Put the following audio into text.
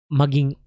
maging